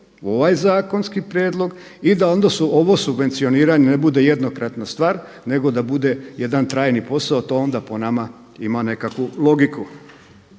ovaj zakonski prijedlog i da onda ovo subvencioniranje ne bude jednokratna stvar nego da bude jedan trajni posao, a to onda po nama ima nekakvu logiku.